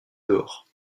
dehors